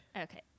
Okay